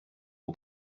aux